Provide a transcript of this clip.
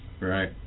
Right